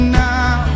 now